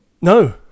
No